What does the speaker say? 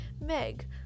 Meg